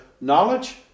knowledge